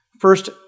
first